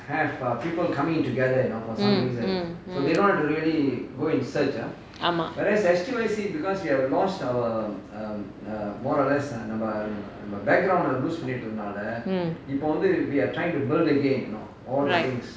mm mm mm ஆமாம்:aamaam right mm